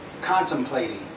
contemplating